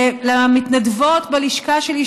למתנדבות בלשכה שלי,